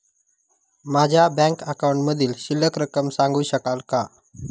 माझ्या बँक अकाउंटमधील शिल्लक रक्कम सांगू शकाल का?